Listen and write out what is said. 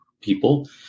people